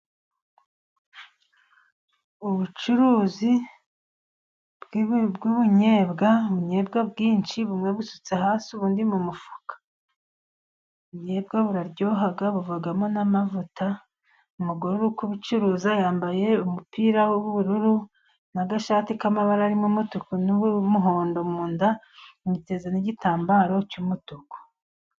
Ubucuruzi bw'ubunyobwa, ubunyobwa bwinshi bumwe busutse hasi ubundi buri mu mufu, ubunyobwa buraryoha buvagamo n'amavuta. Umugore uri kubucuruza yambaye umupira w'ubururu n'gashati k'amabara arimo umutuku n'umuhondo mu nda, yiteze n'igitambaro cy'umutuku.